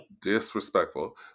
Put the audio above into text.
disrespectful